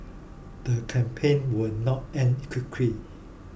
the campaign will not end quickly